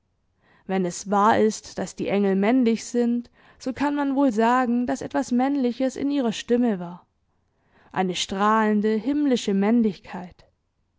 wenn es wahr ist daß die engel männlich sind so kann man wohl sagen daß etwas männliches in ihrer stimme war eine strahlende himmlische männlichkeit